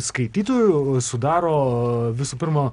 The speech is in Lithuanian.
skaitytojų sudaro visų pirma